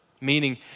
meaning